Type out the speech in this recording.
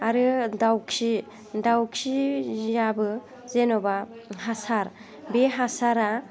आरो दाउखि दाउखियाबो जेन'बा हासार बे हासारा